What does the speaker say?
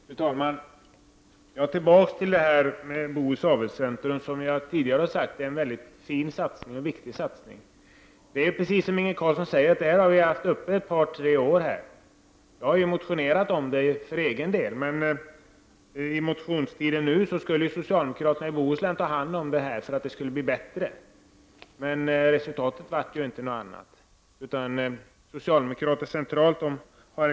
Fru talman! Jag vill återkomma till frågan om Bohus Avelscentrum. Som jag tidigare har sagt är det en mycket fin och viktig satsning. Den här frågan har vi, precis som Inge Carlsson säger, haft uppe till debatt ett par tre år. Jag har för egen del tidigare motionerat i frågan. Men under den allmänna motionstiden i år skulle socialdemokraterna från Bohuslän ta hand om frå = Prot. 1989/90:104 gan för att det skulle bli bättre. Men resultatet blev inte något annat än tidi — 18 april 1990 gare.